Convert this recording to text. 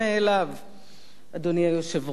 אדוני היושב-ראש: ראשית,